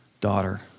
daughter